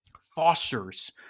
fosters